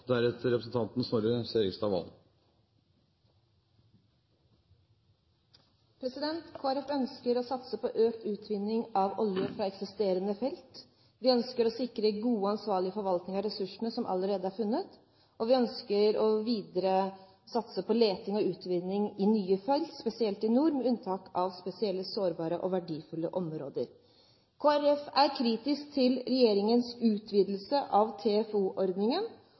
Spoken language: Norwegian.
ønsker å satse på økt utvinning av olje fra eksisterende felt. Vi ønsker å sikre god og ansvarlig forvaltning av ressursene som allerede er funnet, og vi ønsker videre å satse på leting og utvinning i nye felt, spesielt i nord, med unntak av spesielle sårbare og verdifulle områder. Kristelig Folkeparti er kritisk til regjeringens utvidelse av